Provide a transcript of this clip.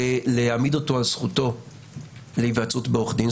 להעמיד אותו על זכותו להיוועצות בעורך דין,